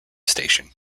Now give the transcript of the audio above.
station